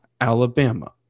Alabama